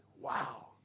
Wow